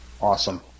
Awesome